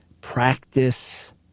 practice